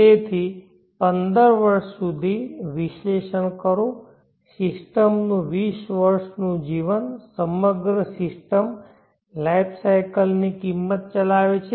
તેથી 15 વર્ષ સુધી વિશ્લેષણ કરો સિસ્ટમનું 20 વર્ષનું જીવન સમગ્ર સિસ્ટમ લાઈફ સાયકલ ની કિંમત ચલાવે છે